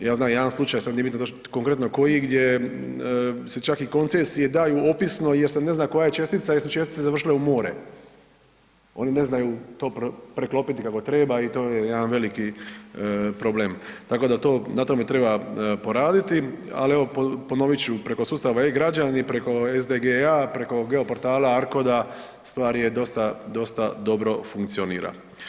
Ja znam jedan slučaj, sad nije bitno, konkretno koji, gdje se čak i koncesije daju opisno jer se ne zna koja je čestica jer su čestice završile u more, oni ne znaju to preklopiti kako treba i to je jedan veliki problem, tako da to, na tome treba poraditi, ali evo ponovit ću preko sustava e-građani, preko SDGE-a, preko Geoportala, ARKOD-a, stvar je dosta, dosta dobro funkcionira.